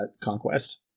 conquest